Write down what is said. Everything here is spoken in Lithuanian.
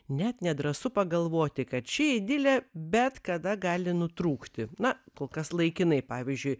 net nedrąsu pagalvoti kad ši idilė bet kada gali nutrūkti na kol kas laikinai pavyzdžiui